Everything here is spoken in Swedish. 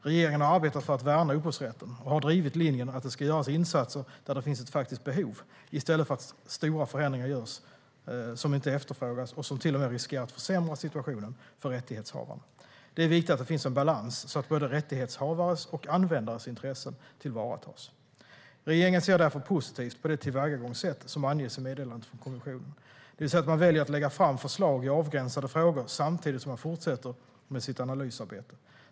Regeringen har arbetat för att värna upphovsrätten och har drivit linjen att det ska göras insatser där det finns ett faktiskt behov i stället för att stora förändringar görs som inte efterfrågas och som till och med riskerar att försämra situationen för rättighetshavarna. Det är viktigt att det finns en balans så att både rättighetshavares och användares intressen tillvaratas. Regeringen ser därför positivt på det tillvägagångssätt som anges i meddelandet från kommissionen, det vill säga att man väljer att lägga fram förslag i avgränsade frågor samtidigt som man fortsätter med sitt analysarbete.